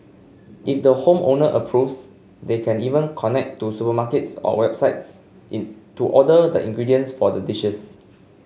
if the home owner approves they can even connect to supermarkets or websites in to order the ingredients for the dishes